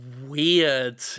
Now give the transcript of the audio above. weird